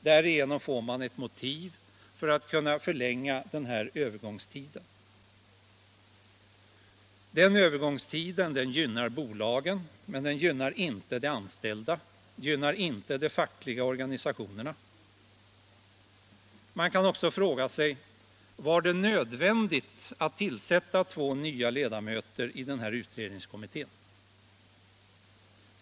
Därigenom får man ett motiv för att kunna förlänga den här övergångstiden, som gynnar bolagen men inte de anställda och inte de fackliga organisationerna. Man kan också fråga sig: Var det nödvändigt att tillsätta två nya ledamöter i den här utredningskommittén?